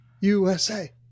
USA